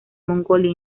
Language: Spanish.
mongolia